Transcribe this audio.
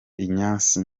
ignace